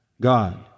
God